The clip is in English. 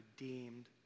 redeemed